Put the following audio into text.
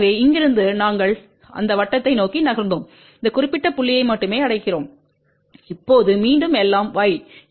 எனவே இங்கிருந்து நாங்கள் அந்த வட்டத்தை நோக்கி நகர்ந்தோம் இந்த குறிப்பிட்ட புள்ளியை மட்டுமே அடைகிறோம் இப்போது மீண்டும் எல்லாம் y